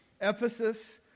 Ephesus